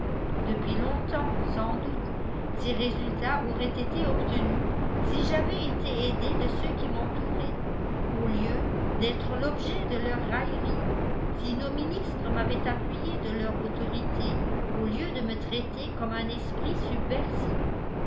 depuis longtemps sans doute ces résultats auraient été obtenus si j'avais été aidé de ceux qui m'entouraient au lieu d'être l'objet de leurs railleries si nos ministres m'avaient appuyé de leur autorité au lieu de me traiter comme un esprit subversif